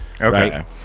Okay